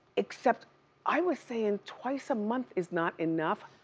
except i was saying twice a month is not enough.